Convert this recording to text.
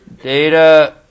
data